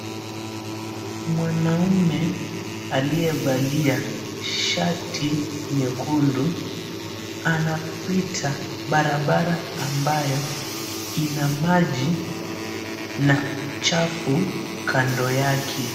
Mwanaume aliyevalia shati nyekundu anapita barabara ambayo ina maji na uchafu kando yake.